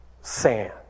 sand